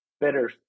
better